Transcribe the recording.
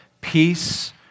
Peace